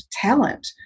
talent